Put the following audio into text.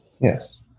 yes